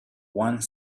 one